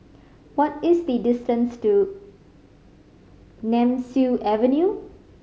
what is the distance to Nemesu Avenue